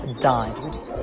died